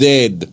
Dead